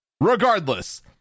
regardless